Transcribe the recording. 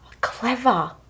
Clever